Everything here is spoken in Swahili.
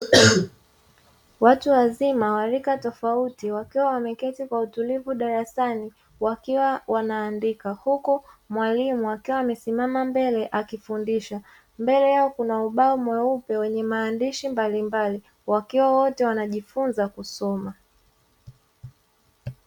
Watu wazima wa rika tofauti, wakiwa wameketi kwa utulivu darasani, wakiwa wanaandika, huku mwalimu akiwa amesimama mbele akifundisha. Mbele yao kuna ubao mweupe wenye maandishi mbalimbali, wakiwa wote wanajifunza kusoma.